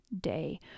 day